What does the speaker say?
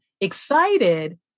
excited